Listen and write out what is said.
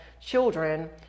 children